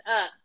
up